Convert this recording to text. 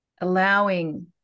allowing